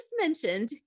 mentioned